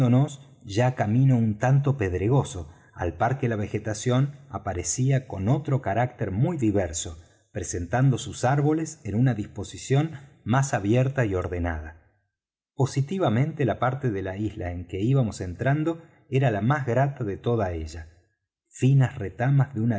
ya camino un tanto pedregoso al par que la vegetación aparecía con otro carácter muy diverso presentando sus árboles en una disposición más abierta y ordenada positivamente la parte de la isla en que íbamos entrando era la más grata de toda ella finas retamas de un